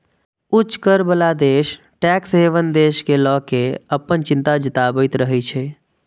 उच्च कर बला देश टैक्स हेवन देश कें लए कें अपन चिंता जताबैत रहै छै